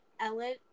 Ellen